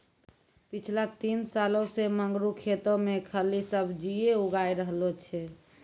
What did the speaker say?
पिछला तीन सालों सॅ मंगरू खेतो मॅ खाली सब्जीए उगाय रहलो छै